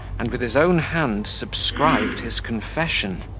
and with his own hand subscribed his confession,